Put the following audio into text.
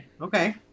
okay